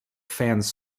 fans